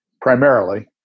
primarily